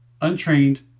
untrained